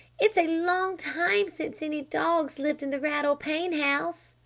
it's a long time since any dogs lived in the rattle-pane house.